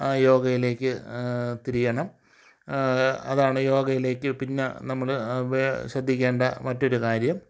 യോഗയിലേക്ക് തിരിയണം അതാണ് യോഗയിലേക്ക് പിന്ന നമ്മൾ ശ്രദ്ധിക്കേണ്ട മറ്റൊരു കാര്യം